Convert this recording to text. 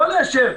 לא מאשר.